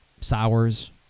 Sours